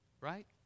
Right